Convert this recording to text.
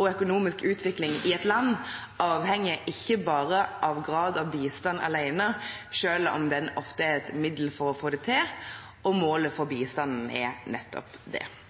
og økonomisk utvikling i et land avhenger ikke bare av grad av bistand alene, selv om den ofte er et middel for å få det til, og målet for bistanden er nettopp dette. Det